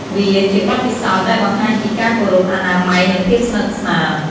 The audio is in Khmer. វាជាបទពិសោធន៍ដែលបង្ហាញពីការគោរព អនាម័យ និងភាពស្និទ្ធស្នាល។